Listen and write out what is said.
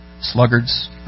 Sluggards